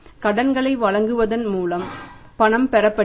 கடன்களை வழங்குவதன் மூலம் பணம் பெறப்படுகிறது